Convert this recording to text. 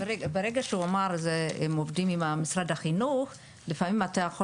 ברגע שהוא אמר שהם עובדים עם משרד החינוך לפעמים אתה יכול